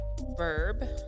verb